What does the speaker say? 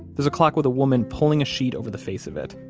there's a clock with a woman pulling a sheet over the face of it,